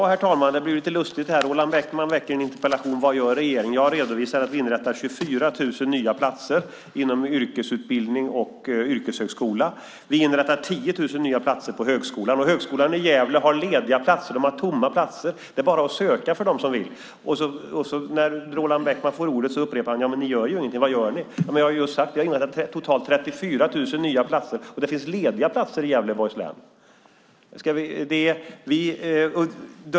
Herr talman! Det blir lite lustigt här. Roland Bäckman väcker en interpellation med en fråga om vad regeringen gör. Jag redovisar att vi inrättar 24 000 nya platser inom yrkesutbildning och yrkeshögskola. Vi inrättar 10 000 nya platser på högskolan. Högskolan i Gävle har lediga platser - tomma platser. Det är bara att söka för dem som vill. När Roland Bäckman får ordet upprepar han att vi ingenting gör och undrar vad vi gör. Jag har just sagt att vi har inrättat totalt 34 000 nya platser, och det finns lediga platser i Gävleborgs län.